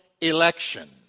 election